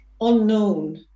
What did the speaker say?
unknown